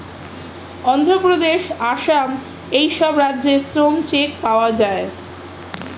অন্ধ্রপ্রদেশ, আসাম এই সব রাজ্যে শ্রম চেক পাওয়া যায়